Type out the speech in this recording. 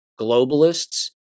globalists